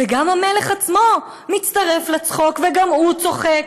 גם המלך עצמו מצטרף לצחוק וגם הוא צוחק.